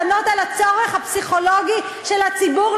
לענות על הצורך הפסיכולוגי של הציבור,